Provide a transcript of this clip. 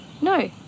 No